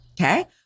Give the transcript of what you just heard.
okay